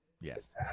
Yes